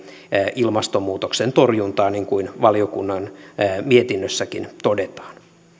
ilmastonmuutoksen torjuntaa niin kuin valiokunnan mietinnössäkin todetaan